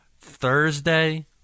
Thursday